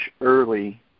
early